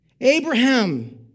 Abraham